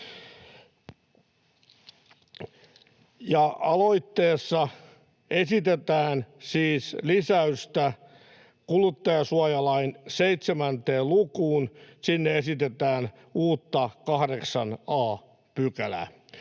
Aloitteessa esitetään siis lisäystä kuluttajansuojalain 7 lukuun. Sinne esitetään uutta 8 a §:ää.